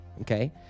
Okay